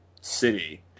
city